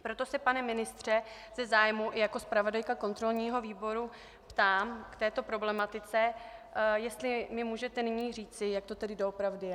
Proto se, pane ministře, ze zájmu jako zpravodajka kontrolního výboru ptám k této problematice, jestli mi můžete nyní říci, jak to tedy doopravdy je.